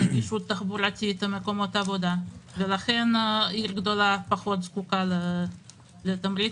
נגישות תחבורתית ומקומות עבודה ולכן עיר גדולה פחות זקוקה לתמריצים.